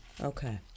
Okay